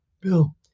Bill